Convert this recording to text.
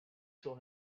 saw